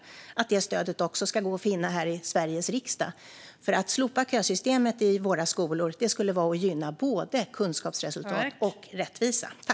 Jag hoppas att detta stöd också ska gå att finna här i Sveriges riksdag därför att slopande av kösystemet i våra skolor skulle gynna både kunskapsresultat och rättvisa.